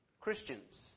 Christians